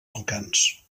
balcans